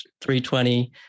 $320